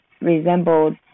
resembled